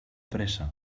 pressa